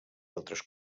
altres